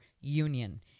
union